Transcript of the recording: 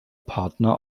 partner